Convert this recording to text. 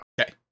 Okay